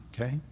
okay